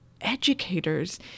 educators